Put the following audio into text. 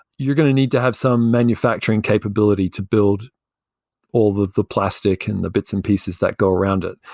you're going to need to have some manufacturing capability to build all the the plastic and the bits and pieces that go around it.